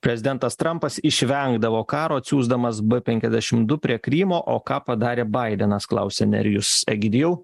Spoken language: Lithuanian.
prezidentas trampas išvengdavo karo atsiųsdamas b penkiasdešim du prie krymo o ką padarė baidenas klausia nerijus egidijau